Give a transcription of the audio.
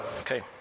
Okay